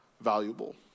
valuable